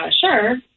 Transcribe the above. sure